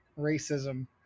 racism